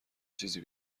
چیزی